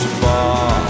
far